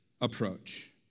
approach